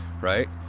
right